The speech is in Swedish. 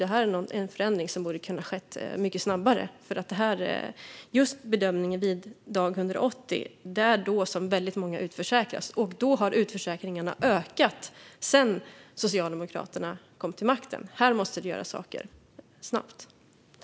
Detta är en förändring som borde ha kunnat ske mycket snabbare. Det är just vid bedömningen dag 180 som väldigt många utförsäkras, och utförsäkringarna har ökat sedan Socialdemokraterna kom till makten. Här måste det göras saker snabbt.